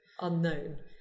unknown